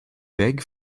weg